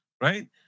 Right